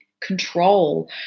control